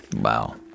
Wow